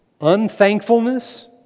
Unthankfulness